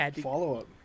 Follow-up